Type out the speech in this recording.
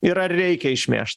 ir ar reikia išmėžt